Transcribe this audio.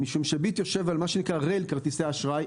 משום ש"ביט" יושב על מה שנקרא --- כרטיסי אשראי.